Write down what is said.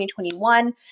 2021